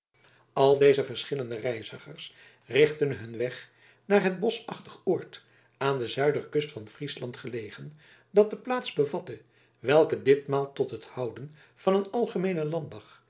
al deze verschillende reizigers richtten hun weg naar het boschachtig oord aan de zuiderkust van friesland gelegen dat de plaats bevatte welke ditmaal tot het houden van een algemeenen